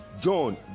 john